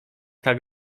tak